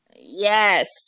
Yes